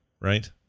right